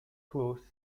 close